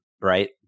right